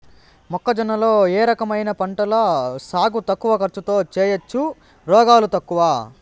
మొక్కజొన్న లో ఏ రకమైన పంటల సాగు తక్కువ ఖర్చుతో చేయచ్చు, రోగాలు తక్కువ?